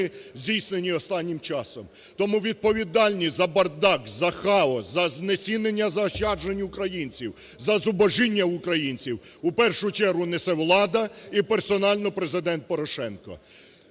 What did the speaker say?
здійснені останнім часом. Тому відповідальність за бардак, за хаос, за знецінення заощаджень українців, за зубожіння українців, в першу чергу, несе влада і персонально Президент Порошенко.